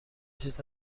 چیز